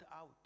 out